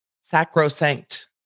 sacrosanct